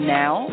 now